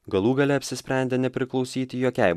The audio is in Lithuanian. galų gale apsisprendė nepriklausyti jokiai